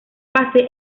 fase